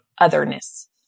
otherness